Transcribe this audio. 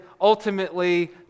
ultimately